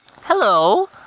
Hello